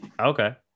Okay